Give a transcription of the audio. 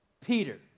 Peter